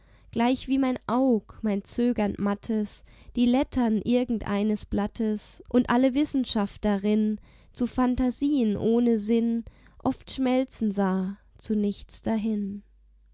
gleich wie mein aug mein zögernd mattes die lettern irgendeines blattes und alle wissenschaft darin zu phantasien ohne sinn oft schmelzen sah zu nichts dahin